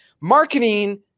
Marketing